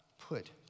put